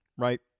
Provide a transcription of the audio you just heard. right